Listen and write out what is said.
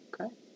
Okay